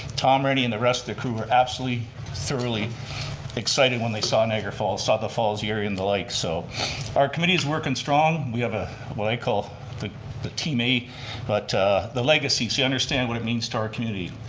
tom randy and the rest of the crew were absolutely thoroughly excited when they saw niagara falls, saw the falls here and the lake so our committee is working strong. we have ah what i call the the teammate but the legacy to understand what it means to our community.